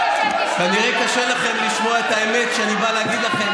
כנראה קשה לכם לשמוע את האמת שאני בא להגיד לכם,